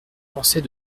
penser